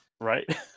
Right